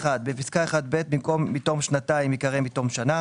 - בפסקה (1)(ב) במקום "מתום שנתיים" ייקרא "מתום שנה".